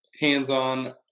hands-on